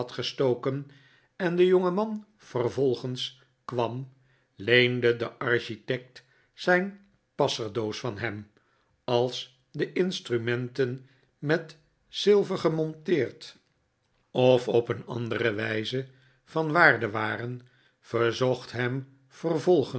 gestoken en de jongeman vervolgens kwam leende de architect zijn passerdoos van hem als de instrumenten met zilver gemonteerd of op een andere wijze van waarde waren verzocht hem vervolgens